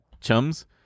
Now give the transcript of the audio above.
chums